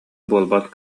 буолбат